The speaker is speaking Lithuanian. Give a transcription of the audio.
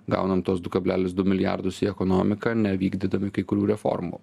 gaunam tuos du kablelis du milijardus į ekonomiką nevykdydami kai kurių reformų